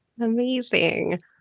Amazing